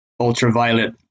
ultraviolet